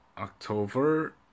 October